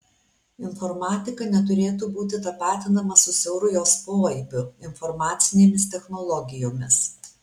informatika neturėtų būti tapatinama su siauru jos poaibiu informacinėmis technologijomis